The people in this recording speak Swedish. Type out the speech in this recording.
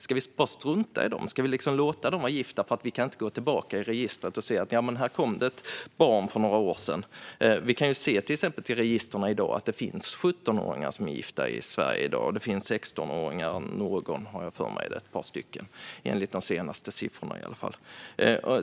Ska vi bara strunta i dem? Ska vi låta dem vara gifta eftersom vi inte kan gå tillbaka i registret och se att det kom ett barn för några år sedan? Vi kan till exempel se i registren att det finns 17-åringar som är gifta i Sverige i dag, och jag har för mig att det enligt de senaste siffrorna även finns någon eller ett par 16-åringar som är gifta.